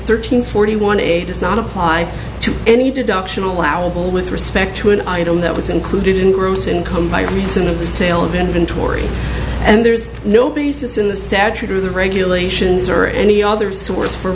thirteen forty one eight is not apply to any deduction allowable with respect to an item that was included in gross income by reason of the sale of inventory and there's no basis in the statute or the regulations or any other source for